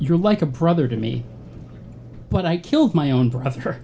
you're like a brother to me but i killed my own brother